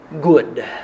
good